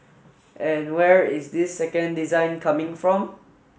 and where is this second design coming from